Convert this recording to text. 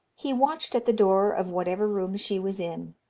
he watched at the door of whatever room she was in,